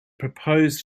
proposed